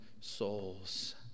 souls